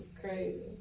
crazy